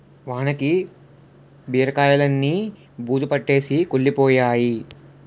వానకి బీరకాయిలన్నీ బూజుపట్టేసి కుళ్లిపోయినై